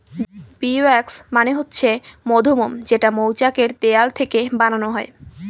bee wax মানে হচ্ছে মধুমোম যেটা মৌচাক এর দেওয়াল থেকে বানানো হয়